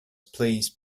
please